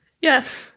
Yes